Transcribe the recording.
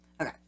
Okay